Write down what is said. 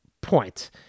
point